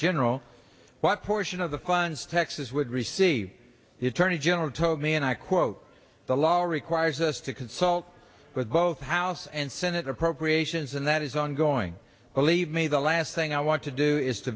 general what portion of the funds texas would receive the attorney general told me and i quote the law requires us to consult with both house and senate appropriations and that is ongoing believe me the last thing i want to do is to